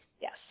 yes